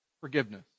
Forgiveness